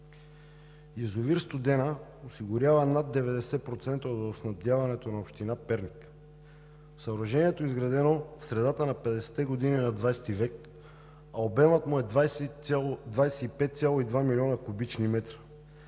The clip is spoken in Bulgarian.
Язовир „Студена“ осигурява над 90% от водоснабдяването на община Перник. Съоръжението е изградено в средата на 50-те години на ХХ век, а обемът му е 25,2 милиона кубични метра.